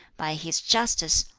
by his justice,